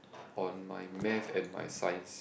on my math and my science